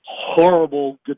horrible